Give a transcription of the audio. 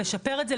לשפר את זה,